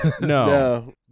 No